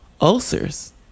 ulcers